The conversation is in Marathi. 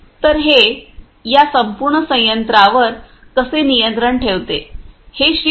तर हे या संपूर्ण संयंत्रांवर कसे नियंत्रण ठेवते हे श्री